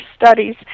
studies